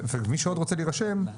ומי שעוד רוצה להירשם,